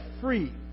free